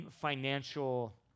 financial